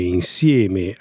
insieme